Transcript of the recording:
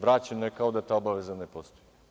Vraćen je kao da ta obaveza ne postoji.